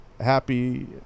Happy